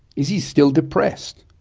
is he still depressed?